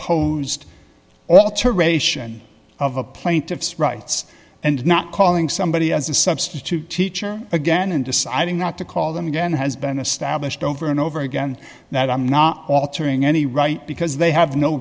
imposed alteration of a plaintiff's rights and not calling somebody as a substitute teacher again and deciding not to call them again has been established over and over again that i'm not altering any right because they have no